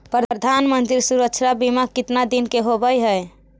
प्रधानमंत्री मंत्री सुरक्षा बिमा कितना दिन का होबय है?